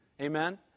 Amen